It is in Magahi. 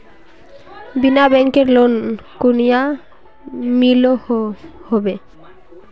बिना बैंकेर लोन कुनियाँ मिलोहो होबे?